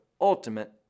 ultimate